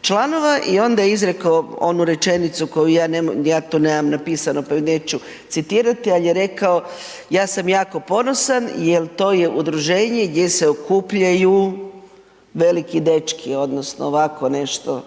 članova i onda je izrekao onu rečenicu koju ja, ja to nemam napisano, pa ju neću citirati, al je rekao ja sam jako ponosan jel to je udruženje gdje se okupljaju veliki dečki odnosno ovako nešto